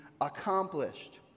accomplished